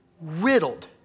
riddled